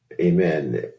Amen